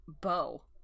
bow